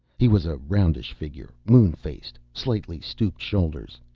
he was a roundish figure, moon-faced, slightly stooped shoulders.